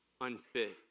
unfit